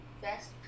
best